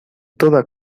toda